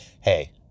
hey